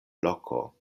loko